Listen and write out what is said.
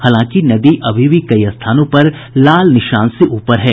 हालांकि नदी अभी भी कई स्थानों पर लाल निशान से ऊपर है